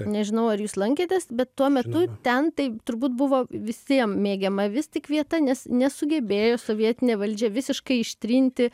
nežinau ar jūs lankėtės bet tuo metu ten tai turbūt buvo visiem mėgiama vis tik vieta nes nesugebėjo sovietinė valdžia visiškai ištrinti